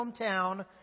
hometown